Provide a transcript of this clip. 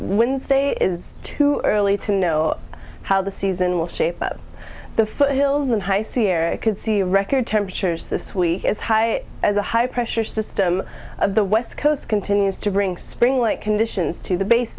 say is too early to know how the season will shape the foothills and high sierra could see record temperatures this week as high as a high pressure system of the west coast continues to bring spring like conditions to the